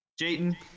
Jayden